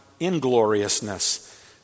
ingloriousness